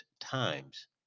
times